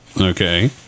Okay